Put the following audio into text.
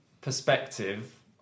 perspective